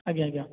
ଆଜ୍ଞା ଆଜ୍ଞା